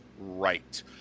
right